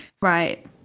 Right